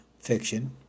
fiction